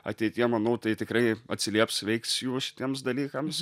ateityje manau tai tikrai atsilieps veiks jų šitiems dalykams